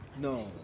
No